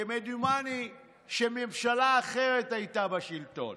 כמדומני שממשלה אחרת הייתה בשלטון.